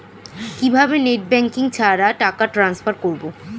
কিভাবে net banking ছাড়া টাকা ট্রান্সফার করবো?